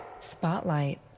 Spotlight